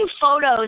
photos